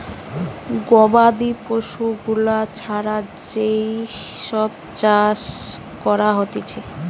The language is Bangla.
গবাদি পশু গুলা ছাড়া যেই সব চাষ করা হতিছে